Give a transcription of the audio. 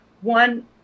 One